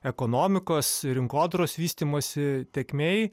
ekonomikos rinkodaros vystymosi tėkmėj